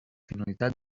finalitat